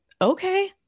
Okay